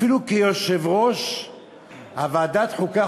אפילו כיושב-ראש ועדת החוקה,